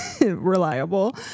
reliable